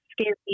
scary